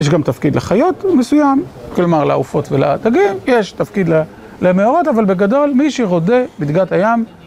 יש גם תפקיד לחיות מסוים, כלומר לעופות ולדגים, יש תפקיד למאורות, אבל בגדול מי שרודה בדגת הים